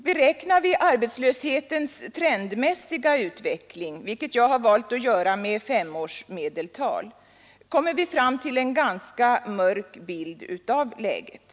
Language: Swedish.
Beräknar vi arbetslöshetens trendmässiga utveckling, vilket jag har valt att göra med femårsmedeltal, kommer vi fram till en ganska mörk bild av läget.